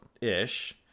Ish